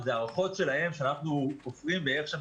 אלה הערכות שלהם ואנחנו כופרים באיך שהם